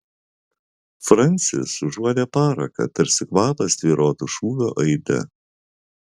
francis užuodė paraką tarsi kvapas tvyrotų šūvio aide